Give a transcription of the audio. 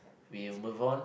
we'll move on